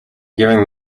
giving